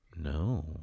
no